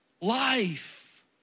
life